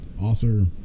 author